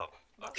ברוך.